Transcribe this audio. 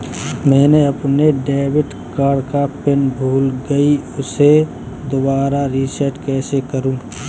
मैंने अपने debit card का पिन भूल गई, उसे दोबारा रीसेट कैसे करूँ?